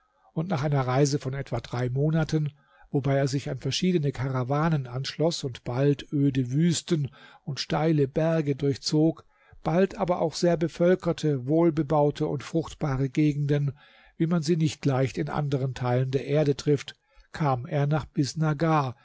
und nach einer reise von etwa drei monaten wobei er sich an verschiedene karawanen anschloß und bald öde wüsten und steile berge durchzog bald aber auch sehr bevölkerte wohlbebaute und fruchtbare gegenden wie man sie nicht leicht in anderen teilen der erde trifft kam er nach bisnagar